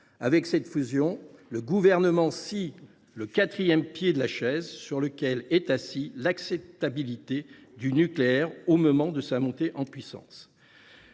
Avec cette fusion, le Gouvernement scie le quatrième pied de la chaise sur laquelle est assise l’acceptabilité du nucléaire au moment de sa montée en puissance.